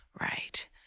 right